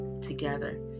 together